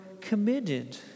committed